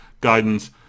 guidance